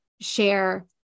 share